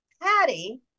patty